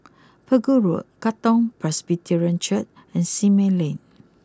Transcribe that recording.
Pegu Road Katong Presbyterian Church and Simei Lane